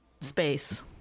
space